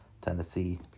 Tennessee